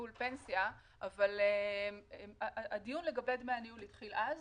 8%. לגבי מה שמקובל במקומות אחרים בעולם נתנו 3